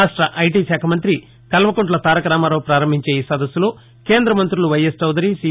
రాష్ట ఐటీ శాఖ మంత్రి కల్వకుంట్ల తారకరామారావు ప్రారంభించే ఈ సదస్సులో కేంద్ర మంత్రులు వైఎస్ చౌదరి సీ